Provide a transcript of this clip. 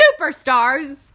superstars